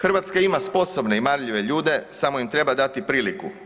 Hrvatska ima sposobne i marljive ljude, samo im treba dati priliku.